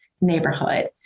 neighborhood